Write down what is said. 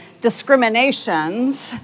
discriminations